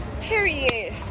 Period